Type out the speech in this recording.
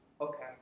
Okay